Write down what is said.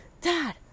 Dad